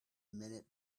minute